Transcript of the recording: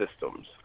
systems